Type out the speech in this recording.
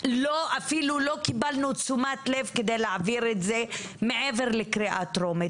אפילו לא קיבלנו תשומת לב כדי להעביר את זה מעבר לקריאה טרומית.